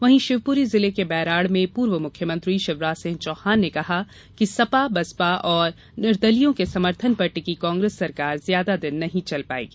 वहीं शिवपुरी जिले के बैराड में पूर्व मुख्यमंत्री शिवराज सिंह चौहान ने कहा कि सपा बसपा और निर्दलीयों के समर्थन पर टिकी कांग्रेस सरकार ज्यादा दिन नहीं चल पायेगी